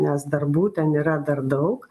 nes darbų ten yra dar daug